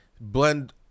blend